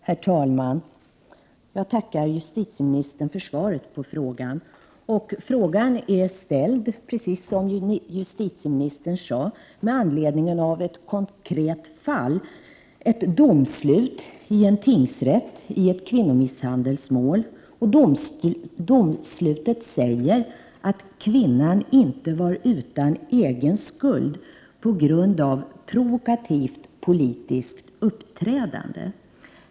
Herr talman! Jag tackar justitieministern för svaret på frågan. Frågan är, precis som justitieministern sade, ställd med anledning av ett konkret fall, ett domslut i en tingsrätt i ett kvinnomisshandelsmål. Domslutet säger att kvinnan inte var utan egen skuld på grund av provokativt politiskt uppträdande.